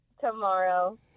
Tomorrow